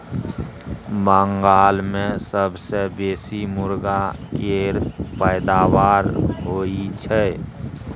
बंगाल मे सबसँ बेसी मुरगा केर पैदाबार होई छै